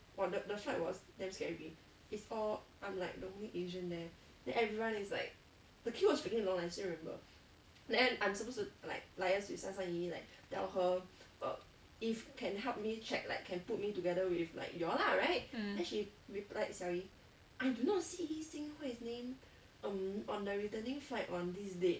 mm